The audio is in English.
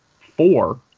four